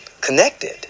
connected